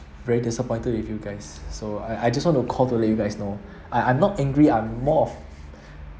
very disappointed with you guys so I I just want to call to let you guys know I I'm not angry I'm more of